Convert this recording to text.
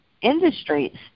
industries